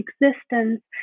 existence